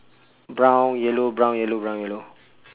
brown yellow brown yellow brown yellow